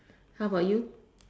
how about you